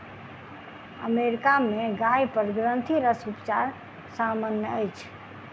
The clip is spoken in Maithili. अमेरिका में गाय पर ग्रंथिरस उपचार सामन्य अछि